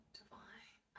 divine